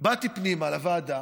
שבאתי פנימה, לוועדה,